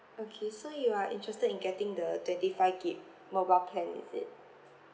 okay so you are interested in getting the twenty five gig mobile plan is it